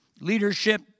leadership